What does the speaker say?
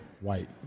White